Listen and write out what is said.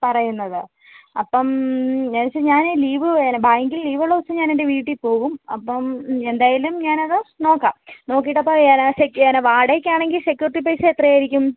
പറയുന്നത് അപ്പം എന്നു വെച്ചാൽ ഞാൻ ലീവ് വേണം ബാങ്കിൽ ലീവുള്ള ദിവസം ഞാൻ എൻ്റെ വീട്ടിൽ പോകും അപ്പം എന്തായാലും ഞാനത് നോക്കാം നോക്കിയിട്ടപ്പോൾ ഞാൻ സെറ്റ് ചെയ്യാനാണ് വാടകക്കാണെങ്കിൽ സെക്യൂരിറ്റി പൈസ എത്രയായിരിക്കും